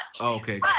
Okay